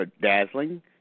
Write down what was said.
dazzling